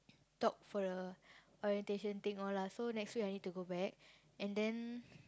talk for the orientation thing all lah so next week I need to go back and then